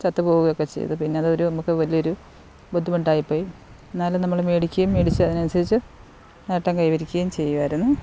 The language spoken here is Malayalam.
ചത്ത് പോകുകയൊക്കെ ചെയ്തു പിന്നെ അതൊരു നമുക്ക് വലിയ ഒരു ബുദ്ധിമുട്ടായിപ്പോയി എന്നാലും നമ്മള് മേടിക്കുകയും മേടിച്ചതിന് അനുസരിച്ച് നേട്ടം കൈവരിക്കുകയും ചെയ്യുവായിരുന്നു